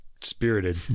spirited